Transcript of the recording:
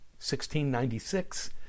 1696